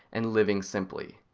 and living simply.